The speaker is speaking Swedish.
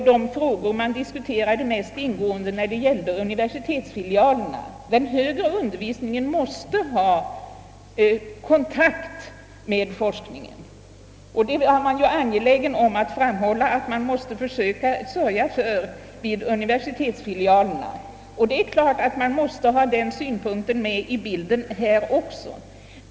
Den diskuterades även ingående i samband med inrättandet av universitetsfilialerna. Man var angelägen att framhålla att universitetsfilialerna måste ha kontakt med forskningen. Den synpunkten måste vi givetvis hålla i minnet även beträffande denna fråga.